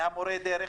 ממורי הדרך,